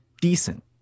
decent